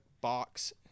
box